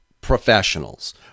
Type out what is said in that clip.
professionals